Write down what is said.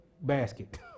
basket